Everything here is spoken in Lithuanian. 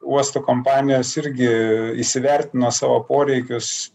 uosto kompanijos irgi įsivertino savo poreikius